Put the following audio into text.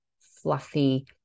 fluffy